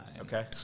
Okay